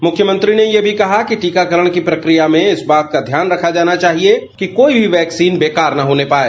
मुख्यमंत्री ने यह भी कहा कि टीकाकरण की प्रक्रिया में इस बात का ध्यान रखा जाना चाहिए कि कोई भी वैक्सीन बेकार ना होने पाए